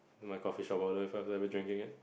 my coffee shop order if I'm ever drinking it